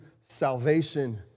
salvation